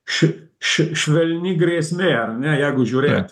ši ši švelni grėsmė ar ne jeigu žiūrėt